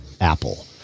Apple